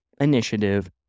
initiative